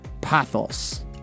pathos